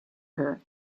her